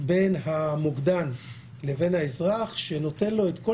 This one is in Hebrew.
בין המוקדן לבין האזרח שנותן לו את כל